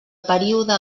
període